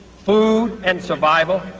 food and survival.